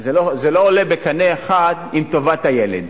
לא עולה בקנה אחד עם טובת הילד.